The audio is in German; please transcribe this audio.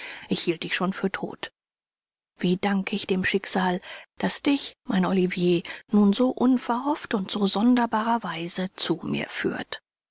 ich hielt dich schon für tot wie danke ich dem schicksal das dich mein olivier nun so unverhofft und so sonderbarer weise zu mir führt